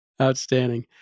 Outstanding